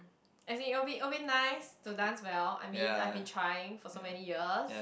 as in it'll be it'll be nice to dance well I mean I've been trying for so many years